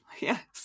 Yes